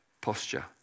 posture